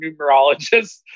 numerologist